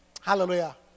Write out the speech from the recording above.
Hallelujah